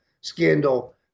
scandal